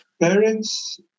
parents